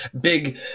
big